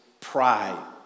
pride